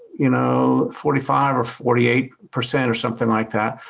you know, forty five or forty eight percent or something like that.